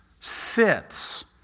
sits